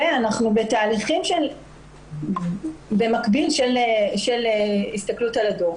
ואנחנו בתהליכים במקביל של הסתכלות על הדו"ח.